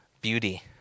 beauty